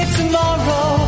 tomorrow